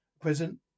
present